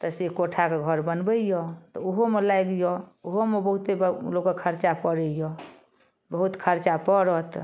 तऽ से कोठा कऽ घर बनबैये तऽ उहोमे लागि जाउ उहोमे बहुते लोकके खर्चा पड़ैये बहुत खर्चा पड़त